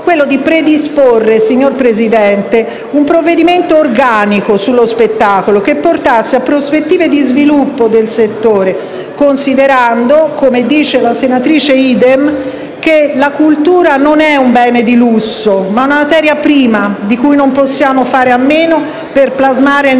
ovvero predisporre, signor Presidente, un provvedimento organico sullo spettacolo, che portasse a prospettive di sviluppo del settore, considerando - come dice la senatrice Idem - che la cultura non è un bene di lusso, ma una materia prima di cui non possiamo fare a meno per plasmare il nostro